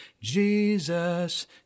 Jesus